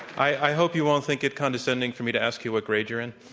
i hope you won't think it condescending for me to ask you what grade you're in?